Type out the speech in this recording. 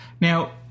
Now